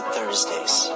Thursdays